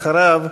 אחריו,